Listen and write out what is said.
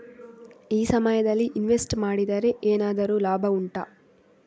ಈ ಸಮಯದಲ್ಲಿ ಇನ್ವೆಸ್ಟ್ ಮಾಡಿದರೆ ಏನಾದರೂ ಲಾಭ ಉಂಟಾ